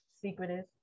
secretive